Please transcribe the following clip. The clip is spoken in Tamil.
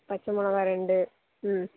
பச்சை மிளகா ரெண்டு ம்